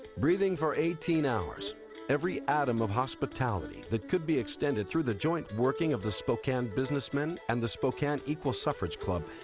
breathing for eighteen hours every atom of hospitality that could be extended through the joint working of the spokane business men and the spokane equal suffrage club,